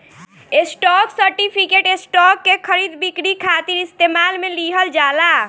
stock certificate, stock के खरीद बिक्री खातिर इस्तेमाल में लिहल जाला